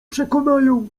przekonają